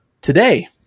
today